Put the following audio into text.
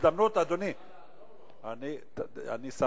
הזדמנות, אדוני, אני באתי לעזור לו.